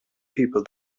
people